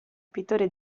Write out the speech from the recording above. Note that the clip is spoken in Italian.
pittore